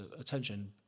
attention